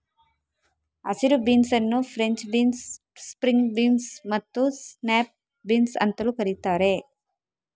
ಹಸಿರು ಬೀನ್ಸ್ ಅನ್ನು French beans, string beans ಮತ್ತು ಸ್ನ್ಯಾಪ್ ಬೀನ್ಸ್ ಅಂತಲೂ ಕರೀತಾರೆ